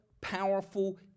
powerful